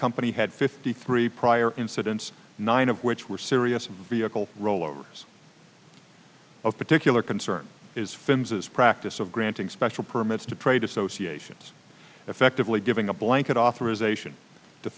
company had fifty three prior incidents nine of which were serious vehicle rollover is of particular concern is fins its practice of granting special permits to trade associations effectively giving a blanket authorization t